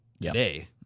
today